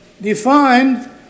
defined